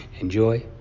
enjoy